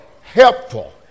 helpful